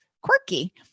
quirky